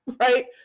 right